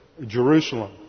Jerusalem